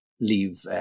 leave